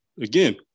Again